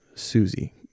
Susie